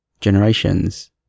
generations